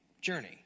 journey